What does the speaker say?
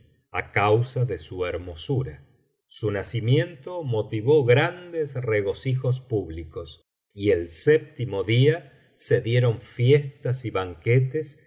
á cansa de su hermosura su nacimiento motivó grandes regocijos públicos y el séptimo día se dieron fiestas y banquetes